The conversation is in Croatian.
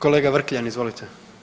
Kolega Vrkljan, izvolite.